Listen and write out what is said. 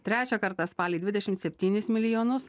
trečią kartą spalį dvidešimt septynis milijonus